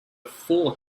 four